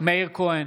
מאיר כהן,